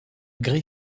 gray